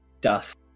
dust